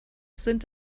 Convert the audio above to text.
sind